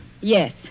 Yes